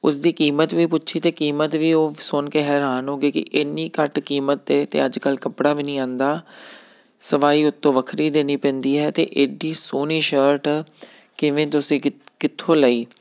ਉਸ ਦੀ ਕੀਮਤ ਵੀ ਪੁੱਛੀ ਅਤੇ ਕੀਮਤ ਵੀ ਉਹ ਸੁਣ ਕੇ ਹੈਰਾਨ ਹੋ ਗਏ ਕਿ ਇੰਨੀ ਘੱਟ ਕੀਮਤ 'ਤੇ ਤਾਂ ਅੱਜ ਕੱਲ੍ਹ ਕੱਪੜਾ ਵੀ ਨਹੀਂ ਆਉਂਦਾ ਸਵਾਈ ਉੱਤੋਂ ਵੱਖਰੀ ਦੇਣੀ ਪੈਂਦੀ ਹੈ ਅਤੇ ਇੱਡੀ ਸੋਹਣੀ ਸ਼ਰਟ ਕਿਵੇਂ ਤੁਸੀਂ ਕਿ ਕਿੱਥੋਂ ਲਈ